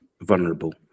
vulnerable